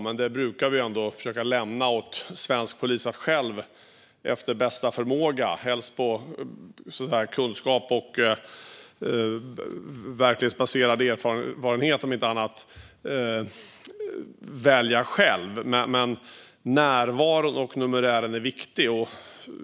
Vi brukar försöka lämna åt svensk polis att själva välja efter bästa förmåga, helst utifrån kunskap och verklighetsbaserad erfarenhet, om inte annat. Men närvaron och numerären är viktig.